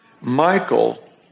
Michael